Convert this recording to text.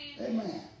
Amen